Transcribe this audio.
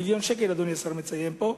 מיליון שקל אדוני השר מציין פה,